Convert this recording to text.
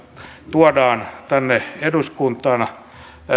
tuodaan tänne eduskuntaan